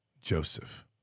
Joseph